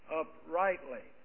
uprightly